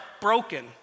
broken